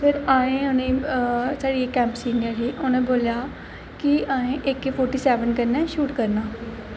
फिर असें ई उ'नें साढ़े इक एम सीनियर हे उ'नें बोलेआ हा कि असें ए के फोर्टी सेवन कन्नै शूट करना